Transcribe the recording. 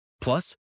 Plus